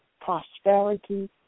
prosperity